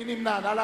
מי נמנע?